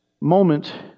moment